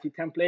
template